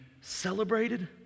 celebrated